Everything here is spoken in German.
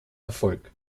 erfolg